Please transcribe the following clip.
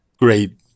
great